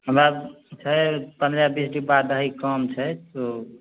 हमरा छै पंद्रह बीस डिब्बा दहीके काम छै ओ